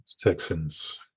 Texans